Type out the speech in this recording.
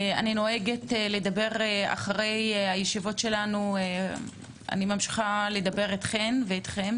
אני נוהגת להמשיך לדבר אחרי הישיבות שלנו אתכן ואתכם